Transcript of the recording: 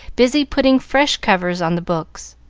busy putting fresh covers on the books.